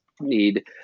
need